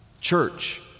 Church